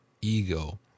ego